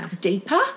deeper